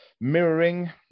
mirroring